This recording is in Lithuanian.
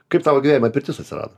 kaip tavo gyvenime pirtis atsirado